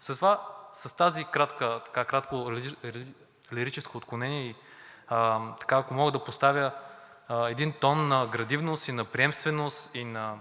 Затова с това кратко лирическо отклонение и ако мога да поставя един тон на градивност и на приемственост, и да